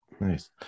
Nice